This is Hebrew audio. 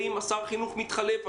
אם שר החינוך מתחלף,